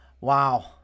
wow